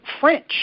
French